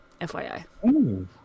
FYI